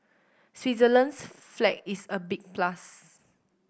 Switzerland's flag is a big plus